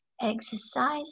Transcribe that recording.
exercise